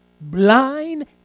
Blind